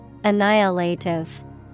Annihilative